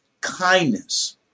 kindness